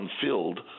unfilled